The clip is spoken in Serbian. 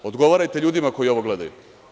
Odgovarajte ljudima koji ovo gledaju.